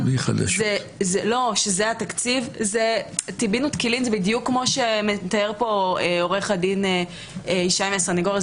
טבין ותקלין זה בדיוק כמו שמתאר פה עו"ד שרון מהסנגוריה,